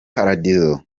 paradizo